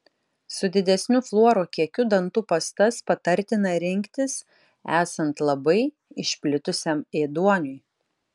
su didesniu fluoro kiekiu dantų pastas patartina rinktis esant labai išplitusiam ėduoniui